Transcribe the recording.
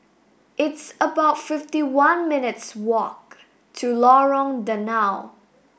it's about fifty one minutes' walk to Lorong Danau